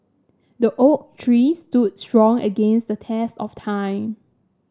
the oak tree stood strong against the test of time